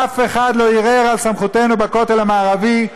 אף אחד לא ערער על סמכותנו בכותל המערבי,